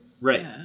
Right